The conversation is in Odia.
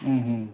ହୁଁ ହୁଁ